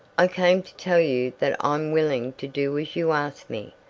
i came to tell you that i'm willing to do as you asked me.